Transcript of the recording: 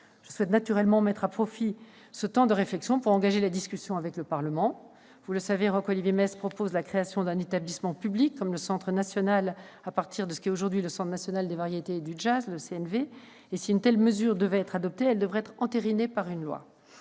Je souhaite naturellement mettre à profit ce temps de réflexion pour engager une discussion avec le Parlement. Vous le savez, Roch-Olivier Maistre propose la création d'un établissement public, à partir de ce qu'est aujourd'hui le Centre national de la chanson, des variétés et du jazz, le CNV. Si une telle mesure devait être adoptée, elle devrait être entérinée dans une loi.